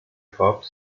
fapt